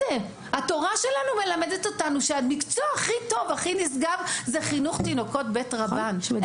התורה מלמדת אותנו שחינוך תינוקות מבית רבן זה המקצוע הכי חשוב,